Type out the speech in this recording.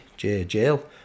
jail